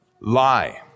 lie